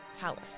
palace